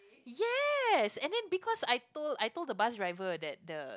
yes and then because I told I told the bus driver that the